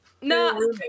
No